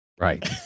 Right